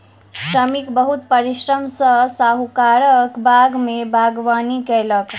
श्रमिक बहुत परिश्रम सॅ साहुकारक बाग में बागवानी कएलक